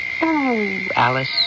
Alice